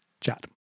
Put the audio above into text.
chat